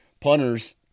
punters